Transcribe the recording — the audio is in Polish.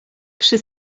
przy